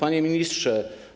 Panie Ministrze!